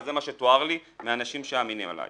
אבל זה מה שתואר לי מאנשים שאמינים עליי-